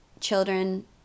children